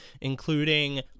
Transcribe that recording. including